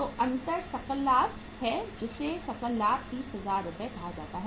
तो अंतर सकल लाभ है जिसे सकल लाभ 30000 रु कहा जाता है